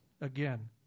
again